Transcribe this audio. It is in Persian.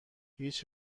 هیچ